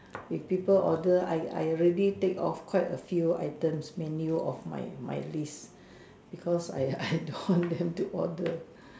if people order I I already tick off quite a few items menu of my my list because I I don't want them to order